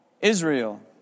Israel